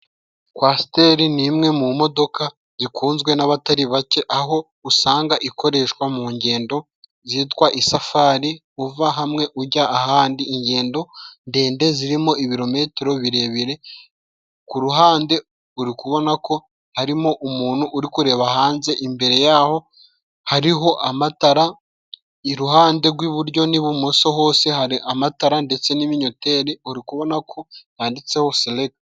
Kwasiteri ni imwe mu modoka zikunzwe n'abatari bake, aho usanga ikoreshwa mu ngendo zitwa isafari uva hamwe ujya ahandi, ingendo ndende zirimo ibirometero birebire ,ku ruhande uri kubonako harimo umuntu uri kureba hanze, imbere yaho hariho amatara, iruhande gw'iburyo n'ibumoso hose hari amatara ndetse n'ibinyoteri uri kubonako yanditseho selekiti.